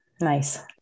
nice